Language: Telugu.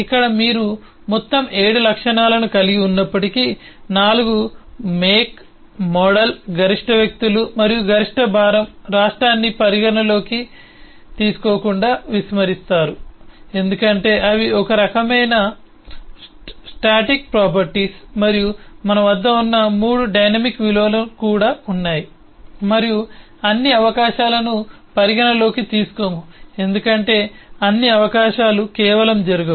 ఇక్కడ మీరు మొత్తం 7 లక్షణాలను కలిగి ఉన్నప్పటికీ 4 మేక్ మోడల్ గరిష్ట వ్యక్తులు మరియు గరిష్ట భారం రాష్ట్రాన్ని పరిగణనలోకి తీసుకోకుండా విస్మరిస్తారు ఎందుకంటే అవి ఒక రకమైన స్టాటిక్ ప్రాపర్టీస్ మరియు మన వద్ద ఉన్న 3 డైనమిక్ విలువలు కూడా ఉన్నాయి మనము అన్ని అవకాశాలను పరిగణనలోకి తీసుకోము ఎందుకంటే అన్ని అవకాశాలు కేవలం జరగవు